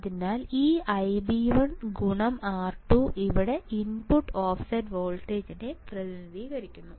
അതിനാൽ ഈ Ib1 R2 ഇവിടെ ഇൻപുട്ട് ഓഫ്സെറ്റ് വോൾട്ടേജിനെ പ്രതിനിധീകരിക്കുന്നു